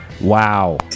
Wow